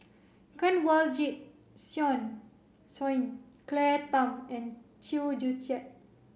Kanwaljit Soin Soin Claire Tham and Chew Joo Chiat